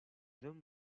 hommes